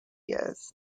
years